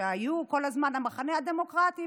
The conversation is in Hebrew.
שהיו כל הזמן המחנה הדמוקרטי,